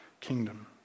kingdom